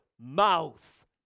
mouth